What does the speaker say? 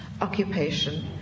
Occupation